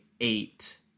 eight